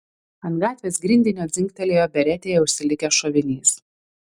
ant gatvės grindinio dzingtelėjo beretėje užsilikęs šovinys